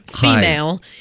female